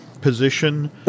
position